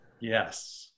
Yes